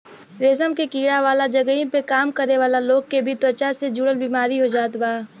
रेशम के कीड़ा वाला जगही पे काम करे वाला लोग के भी त्वचा से जुड़ल बेमारी हो जात बा